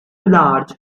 large